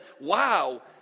wow